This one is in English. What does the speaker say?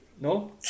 No